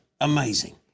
amazing